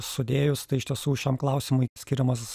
sudėjus tai iš tiesų šiam klausimui skiriamas